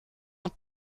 hat